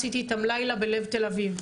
עשיתי איתם לילה בלב תל אביב,